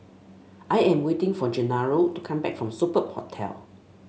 I am waiting for Gennaro to come back from Superb Hotel